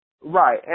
Right